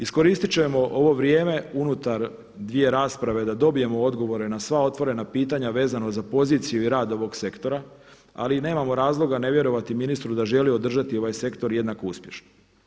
Iskorist ćemo ovo vrijeme unutar dvije rasprave da dobijemo odgovore na sva otvorena pitanja vezano za poziciju i rad ovog sektora, ali ni nemamo razloga ne vjerovati ministru da želi održati ovaj sektor jednako uspješno.